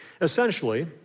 essentially